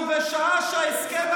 סליחה,